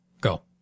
go